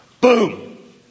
Boom